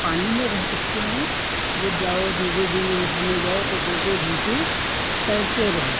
पानी में रह सकते हैं डूब जाओ यदि नदी में नहाने जाओ तो दो दो घंटे तैरते रहो